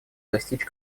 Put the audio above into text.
достичь